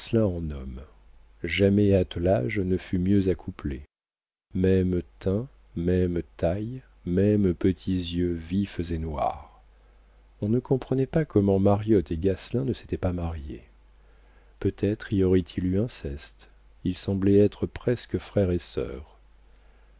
en homme jamais attelage ne fut mieux accouplé même teint même taille mêmes petits yeux vifs et noirs on ne comprenait pas comment mariotte et gasselin ne s'étaient pas mariés peut-être y aurait-il eu inceste ils semblaient être presque frère et sœur